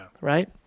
right